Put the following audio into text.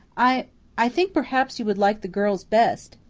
i i think perhaps you would like the girls best,